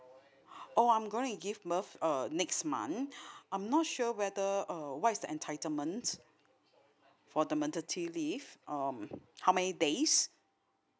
oh I'm gonna give birth uh next month I'm not sure whether uh what is the entitlement for the maternity leave um how many days